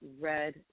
red